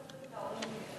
אפשר לסבסד את ההורים על,